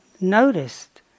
noticed